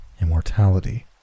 immortality